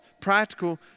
practical